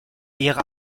ihrer